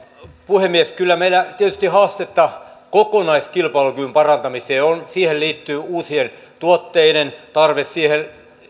puhemies kyllä meillä tietysti haastetta kokonaiskilpailukyvyn parantamiseen on siihen liittyy uusien tuotteiden tarve siihen